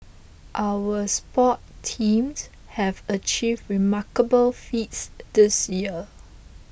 our sports teams have achieved remarkable feats this year